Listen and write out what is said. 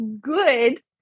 good